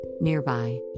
nearby